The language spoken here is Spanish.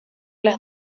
las